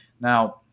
Now